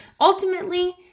ultimately